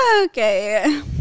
okay